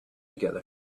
together